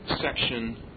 section